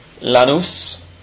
Lanús